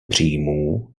příjmů